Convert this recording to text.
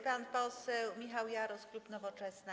Pan poseł Michał Jaros, klub Nowoczesna.